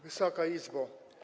Wysoka Izbo!